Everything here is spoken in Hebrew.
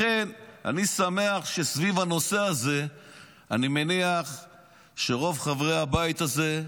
לכן, אני שמח שסביב הנושא הזה רוב חברי הבית הזה,